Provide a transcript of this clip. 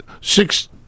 six